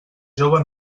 jove